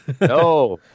No